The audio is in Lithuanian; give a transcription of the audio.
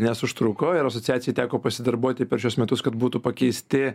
nes užtruko ir asociacijai teko pasidarbuoti per šiuos metus kad būtų pakeisti